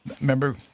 remember